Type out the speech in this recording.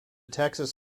texas